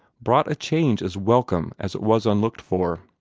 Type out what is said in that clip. brought a change as welcome as it was unlooked for.